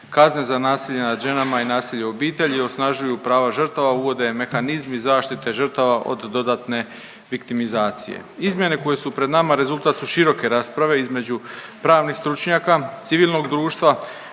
kazne za nasilje nad ženama i nasilje u obitelji i osnažuju prava žrtava, uvode mehanizmi zaštite žrtava od dodatne viktimizacije. Izmjene koje su pred nama rezultat su široke rasprave između pravnih stručnjaka, civilnog društva,